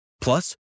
Plus